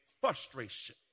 frustration